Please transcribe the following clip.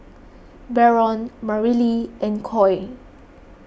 Barron Marilee and Coy